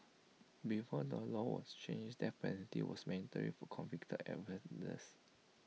before the law was changed the death penalty was mandatory for convicted offenders